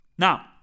Now